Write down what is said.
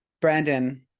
Brandon